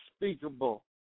unspeakable